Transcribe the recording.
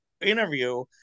interview